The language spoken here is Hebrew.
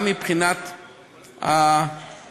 גם מבחינת המטופל,